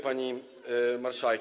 Pani Marszałek!